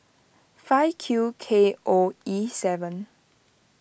five Q K O E seven